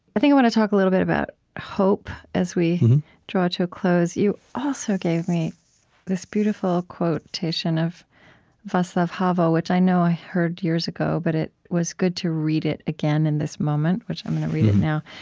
i think i want to talk a little bit about hope, as we draw to a close. you also gave me this beautiful quotation of vaclav havel, which i know i heard years ago, but it was good to read it again in this moment, which i'm going to read it now.